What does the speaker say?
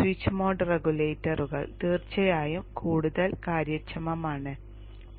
switch mode റെഗുലേറ്ററുകൾ തീർച്ചയായും കൂടുതൽ കാര്യക്ഷമമാണ്